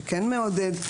שכן מעודד.